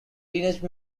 teenage